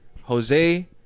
Jose